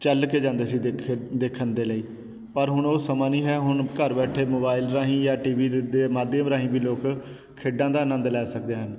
ਚੱਲ ਕੇ ਜਾਂਦੇ ਸੀ ਦੇਖਣ ਦੇ ਲਈ ਪਰ ਹੁਣ ਉਹ ਸਮਾਂ ਨਹੀਂ ਹੈ ਹੁਣ ਘਰ ਬੈਠੇ ਮੋਬਾਈਲ ਰਾਹੀਂ ਜਾਂ ਟੀ ਵੀ ਦੇ ਮਾਧਿਅਮ ਰਾਹੀਂ ਵੀ ਲੋਕ ਖੇਡਾਂ ਦਾ ਅਨੰਦ ਲੈ ਸਕਦੇ ਹਨ